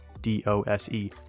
D-O-S-E